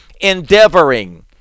endeavoring